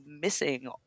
missing